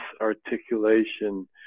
articulation